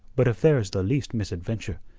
but if there is the least misadventure,